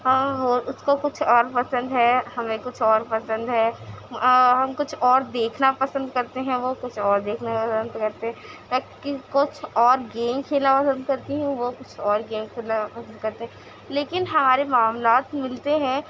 اور وہ اس کو کچھ اور پسند ہے ہمیں کچھ اور پسند ہے اور ہم کچھ اور دیکھنا پسند کرتے ہیں اور وہ کچھ اور دیکھنا پسند کرتے ہیں تک کہ کچھ اور گیم کھیلنا پسند کرتی ہوں وہ کچھ اور گیم کھیلنا پسند کرتے ہیں لیکن ہمارے معاملات ملتے ہیں